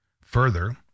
Further